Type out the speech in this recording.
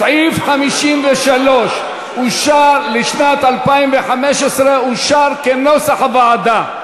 סעיף 53 לשנת 2015 אושר כנוסח הוועדה.